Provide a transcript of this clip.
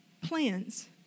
plans